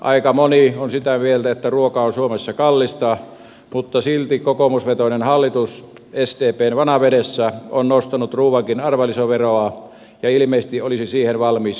aika moni on sitä mieltä että ruoka on suomessa kallista mutta silti kokoomusvetoinen hallitus sdp vanavedessä on nostanut ruuankin arvonlisäveroa ja ilmeisesti olisi siihen valmis uudestaankin